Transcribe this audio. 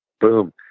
boom